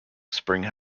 spring